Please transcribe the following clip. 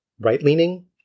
right-leaning